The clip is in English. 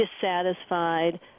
dissatisfied